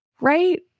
right